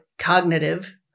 Cognitive